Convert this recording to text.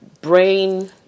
brain